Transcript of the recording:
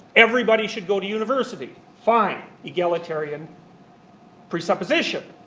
everybody should go to university. fine, egalitarian presupposition.